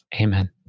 Amen